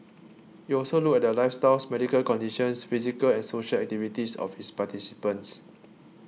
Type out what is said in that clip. it also looked at the lifestyles medical conditions physical and social activities of its participants